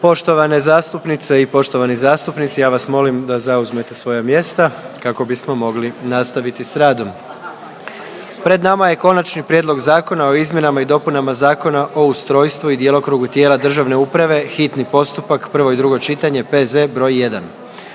Poštovane zastupnice i poštovani zastupnici ja vas molim da zauzmete svoja mjesta kako bismo mogli nastaviti s radom. Pred nama je Konačni prijedlog Zakona o izmjenama i dopunama Zakona o ustrojstvu i djelokrugu tijela državne uprave, hitni postupak, prvo i drugo čitanje, P.Z. broj 1.